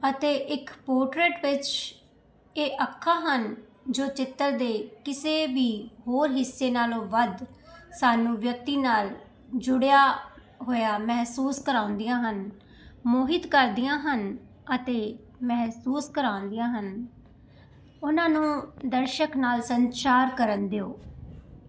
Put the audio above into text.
ਅਤੇ ਇੱਕ ਪੋਰਟਰੇਟ ਵਿੱਚ ਇਹ ਅੱਖਾਂ ਹਨ ਜੋ ਚਿੱਤਰ ਦੇ ਕਿਸੇ ਵੀ ਹੋਰ ਹਿੱਸੇ ਨਾਲੋਂ ਵੱਧ ਸਾਨੂੰ ਵਿਅਕਤੀ ਨਾਲ ਜੁੜਿਆ ਹੋਇਆ ਮਹਿਸੂਸ ਕਰਾਉਂਦੀਆਂ ਹਨ ਮੋਹਿਤ ਕਰਦੀਆਂ ਹਨ ਅਤੇ ਮਹਿਸੂਸ ਕਰਾਉਂਦੀਆਂ ਹਨ ਉਹਨਾਂ ਨੂੰ ਦਰਸ਼ਕ ਨਾਲ ਸੰਚਾਰ ਕਰਨ ਦਿਓ